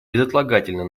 безотлагательно